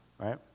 right